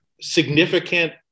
significant